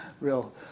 real